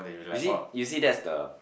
you see you see that's the